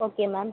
okay ma'am